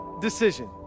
decision